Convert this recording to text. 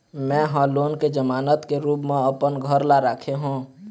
में ह लोन के जमानत के रूप म अपन घर ला राखे हों